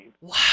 Wow